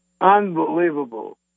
unbelievable